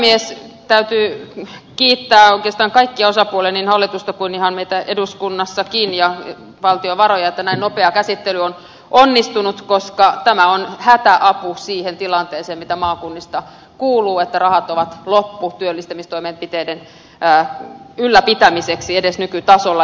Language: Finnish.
täytyy kiittää oikeastaan kaikkia osapuolia niin hallitusta kuin ihan meitä eduskunnassakin ja valtiovaroja että näin nopea käsittely on onnistunut koska tämä on hätäapu siihen tilanteeseen mitä maakunnista kuuluu että rahat ovat loppu työllistämistoimenpiteiden ylläpitämiseksi edes nykytasolla